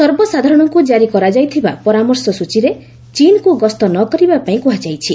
ସର୍ବସାଧାରଣକ୍ର ଜାରି କରାଯାଇଥିବା ପରାମର୍ଶ ସ୍ଚୀରେ ଚୀନ୍କୁ ଗସ୍ତ ନକରିବା ପାଇଁ କୁହାଯାଇଛି